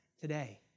today